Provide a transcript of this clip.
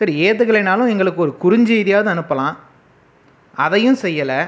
சரி ஏத்துக்கலைன்னாலும் எங்களுக்கு ஒரு குறுஞ்செய்தியாவது அனுப்பலாம் அதையும் செய்யல